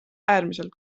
äärmiselt